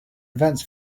events